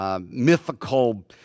mythical